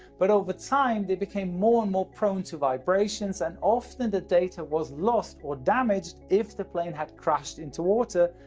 but over time they became more and more prone to vibrations, and often the data was lost or damaged if the plane had crashed into water,